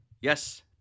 Yes